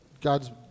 God's